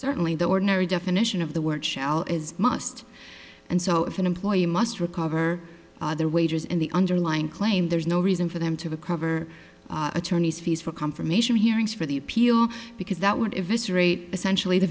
certainly the ordinary definition of the word shall is must and so if an employee must recover their wages in the underlying claim there's no reason for them to cover attorney's fees for confirmation hearings for the appeal because that would if this rate essentially the